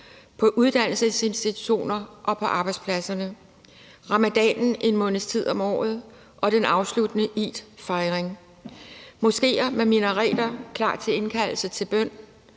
på uddannelsesinstitutionerne og på arbejdspladserne, ramadanen en måneds tid om året og den afsluttende eidfejring, moskéer med minareter klar til indkaldelse til bøn,